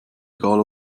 egal